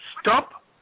stop